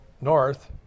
north